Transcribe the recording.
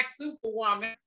superwoman